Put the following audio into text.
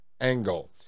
angle